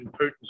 Putin's